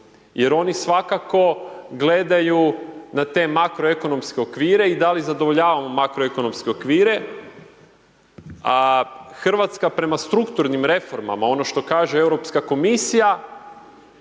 jer oni svakako gledaju na te makro ekonomske okvire i da li zadovoljavamo makro ekonomske okvire, a Hrvatska prema strukturnim reformama, ono što kaže Europska komisija,